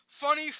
funny